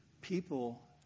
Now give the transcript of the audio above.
People